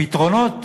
הפתרונות